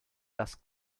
das